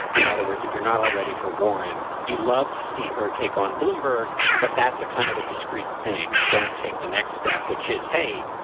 in other words, if you're not already for warren, you love to see her take on bloomberg. but that's a kind of a discrete thing. you don't take the next step, which is, hey,